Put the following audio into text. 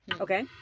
Okay